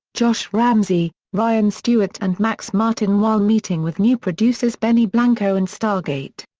josh ramsay, ryan stewart and max martin while meeting with new producers benny blanco and stargate.